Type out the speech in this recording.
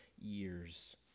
years